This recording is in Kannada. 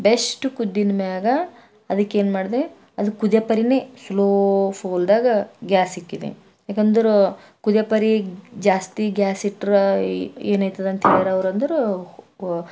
ಬೆಸ್ಟ್ ಕುಡಿದ ಮ್ಯಾಗ ಅದಕ್ಕೇನು ಮಾಡಿದೆ ಅದು ಕುದಿಯೋ ಪರಿಯೇ ಸ್ಲೋ ಫೋಲ್ದಾಗ ಗ್ಯಾಸ್ ಇಕ್ಕಿದ್ದೆ ಯಾಕಂದ್ರೆ ಕುದಿಯೋ ಪರಿ ಜಾಸ್ತಿ ಗ್ಯಾಸ್ ಇಟ್ರ ಏನಾಯ್ತದಂಥೇಳಿರ್ ಅವರಂದ್ರು